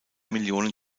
millionen